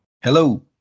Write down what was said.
Hello